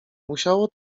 musiało